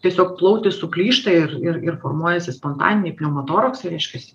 tiesiog plautis suplyšta ir ir ir formuojasi spontaniniai pneumotoroksai reiškiasi